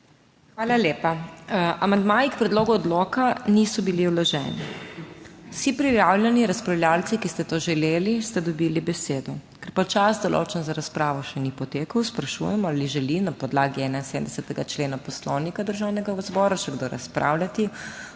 Hvala lepa. Amandmaji k Predlogu odloka niso bili vloženi. Vsi prijavljeni razpravljavci, ki ste to želeli, ste dobili besedo, ker pa čas določen za razpravo še ni potekel, sprašujem, ali želi na podlagi 71. člena Poslovnika Državnega zbora še kdo razpravljati?